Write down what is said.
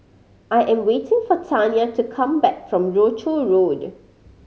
I am waiting for Tanya to come back from Rochor Road